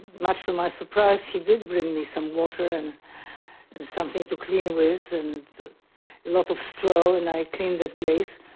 much to my surprise he did bring me some water and something to clean with, and a lot of straw, and i cleaned the place.